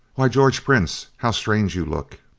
why, george prince! how strange you look!